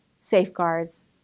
safeguards